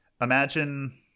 Imagine